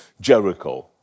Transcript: Jericho